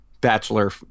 bachelor